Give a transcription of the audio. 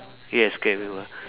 yes scared we won't